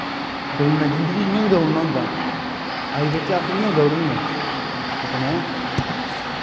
दौड़ना जिन्दगी इ'यां बी दौड़ना होंदा लाईफ बिच्च अस इ'यां बी दौड़ा ने अपने